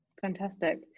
fantastic